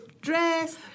Dress